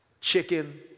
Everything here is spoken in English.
chicken